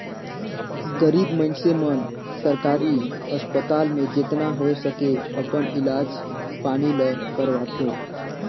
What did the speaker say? गरीब मइनसे मन सरकारी अस्पताल में जेतना होए सके अपन इलाज पानी ल करवाथें